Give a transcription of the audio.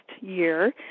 year